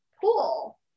pool